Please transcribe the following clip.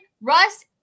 Russ